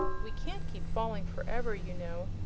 we can't keep falling forever, you know.